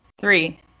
three